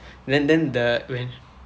then then the wait